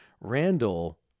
Randall